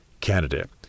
candidate